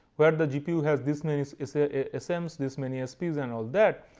where the gpu has this nice is a sense this many espies and all that,